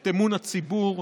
את אמון הציבור,